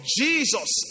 Jesus